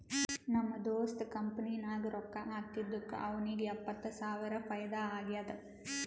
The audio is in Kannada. ನಮ್ ದೋಸ್ತ್ ಕಂಪನಿ ನಾಗ್ ರೊಕ್ಕಾ ಹಾಕಿದ್ದುಕ್ ಅವ್ನಿಗ ಎಪ್ಪತ್ತ್ ಸಾವಿರ ಫೈದಾ ಆಗ್ಯಾದ್